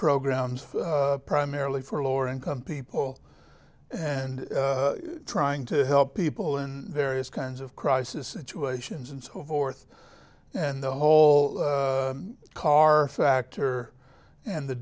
programs for primarily for lower income people and trying to help people in various kinds of crisis situations and so forth and the whole car factor and the